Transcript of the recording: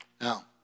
Now